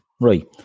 Right